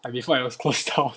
like before it was closed down